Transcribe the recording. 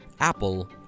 Apple